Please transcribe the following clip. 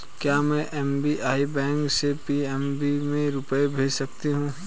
क्या में SBI bank से पी.एन.बी में रुपये भेज सकती हूँ?